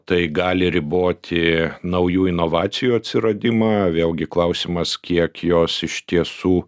tai gali riboti naujų inovacijų atsiradimą vėlgi klausimas kiek jos iš tiesų